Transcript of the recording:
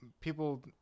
people